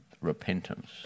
repentance